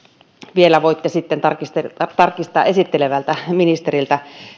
vielä voitte tarkistaa esittelevältä ministeriltä